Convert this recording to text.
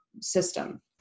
system